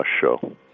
Show